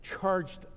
charged